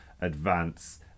advance